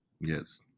Yes